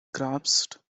grasped